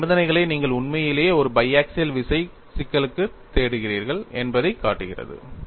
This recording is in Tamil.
எல்லை நிபந்தனை நீங்கள் உண்மையிலேயே ஒரு பைஆக்சியல் விசை சிக்கலைத் தேடுகிறீர்கள் என்பதைக் காட்டுகிறது